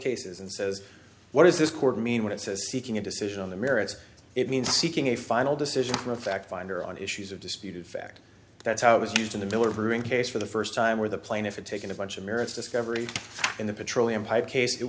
cases and says what does this court mean when it says seeking a decision on the merits it means seeking a final decision from a fact finder on issues of disputed fact that's how it was used in the miller brewing case for the first time where the plaintiff in taking a bunch of merits discovery in the petroleum pipe case it